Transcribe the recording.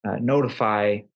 notify